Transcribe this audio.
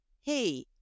hey